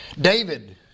David